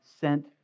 sent